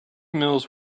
mills